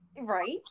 right